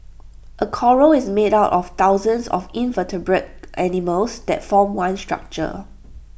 A Coral is made up of thousands of invertebrate animals that form one structure